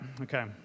Okay